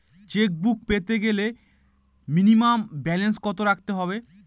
Chequebook পেতে গেলে minimum balance কত রাখতে হবে?